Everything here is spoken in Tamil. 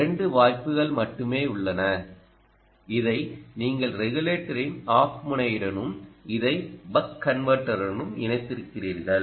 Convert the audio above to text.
2 வாய்ப்புகள் மட்டுமே உள்ளனஇதை நீங்கள் ரெகுலேட்டரின் ஆஃப் முனையுடனும் இதை பக் கன்வெர்ட்டருடனும் இணைத்திருக்கிறீர்கள்